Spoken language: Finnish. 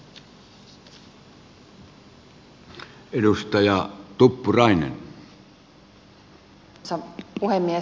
arvoisa puhemies